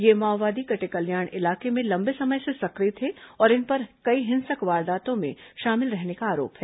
ये माओवादी कटेकल्याण इलाके में लंबे समय से सक्रिय थे और इन पर कई हिंसक वारदातों में शामिल रहने का आरोप है